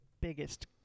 biggest